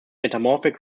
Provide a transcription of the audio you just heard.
metamorphic